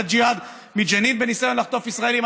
ג'יהאד מג'נין בניסיון לחטוף ישראלים.